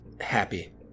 happy